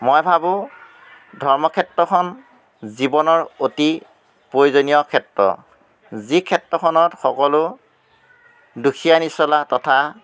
মই ভাবোঁ ধৰ্মক্ষেত্ৰখন জীৱনৰ অতি প্ৰয়োজনীয় ক্ষেত্ৰ যি ক্ষেত্ৰখনত সকলো দুখীয়া নিচলা তথা